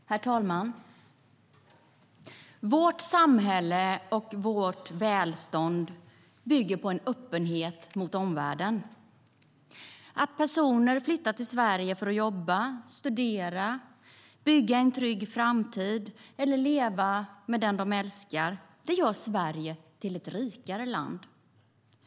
Herr talman! Vårt samhälle och vårt välstånd bygger på öppenhet mot omvärlden. Att personer flyttar till Sverige för att jobba, studera, bygga en trygg framtid eller leva med den de älskar gör Sverige till ett rikare land.